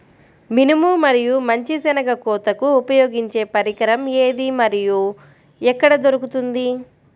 మినుము మరియు మంచి శెనగ కోతకు ఉపయోగించే పరికరం ఏది మరియు ఎక్కడ దొరుకుతుంది?